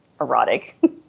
erotic